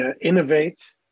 innovate